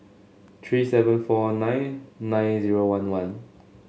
three seven four nine nine zero one one